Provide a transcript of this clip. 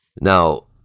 Now